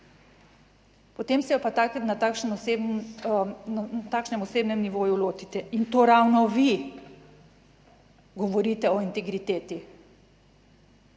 potem se je pa na takšen, na takšnem osebnem nivoju lotite in to ravno vi govorite o integriteti,